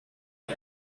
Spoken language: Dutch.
het